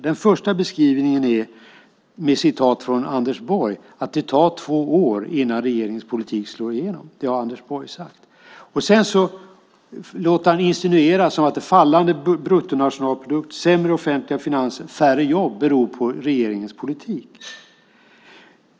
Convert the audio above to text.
Den första beskrivningen innehåller ett citat från Anders Borg om att det tar två år innan regeringens politik slår igenom. Det har Anders Borg sagt. Sedan låter Thomas Östros insinuera att fallande bruttonationalprodukt, sämre offentliga finanser och färre jobb beror på regeringens politik.